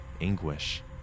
anguish